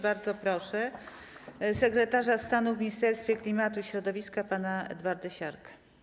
Bardzo proszę sekretarza stanu w Ministerstwie Klimatu i Środowiska pana Edwarda Siarkę.